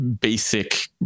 basic